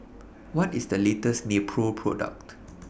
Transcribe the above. What IS The latest Nepro Product